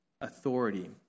authority